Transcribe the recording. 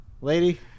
lady